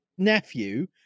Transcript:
Nephew